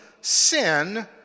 sin